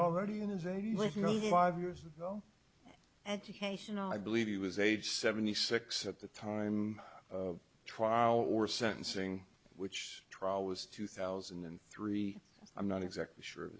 though educational i believe he was age seventy six at the time of trial or sentencing which trial was two thousand and three i'm not exactly sure